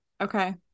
Okay